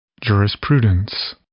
jurisprudence